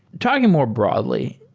talking more broadly,